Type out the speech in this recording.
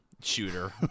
shooter